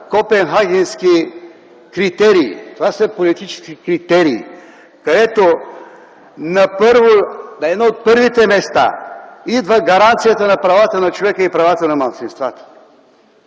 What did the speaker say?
Копенхагенски критерии, това са политически критерии, където на едно от първите места идва гаранцията на правата на човека и правата на малцинствата.